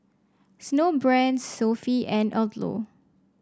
Snowbrand Sofy and Odlo